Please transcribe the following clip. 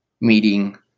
meeting